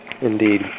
Indeed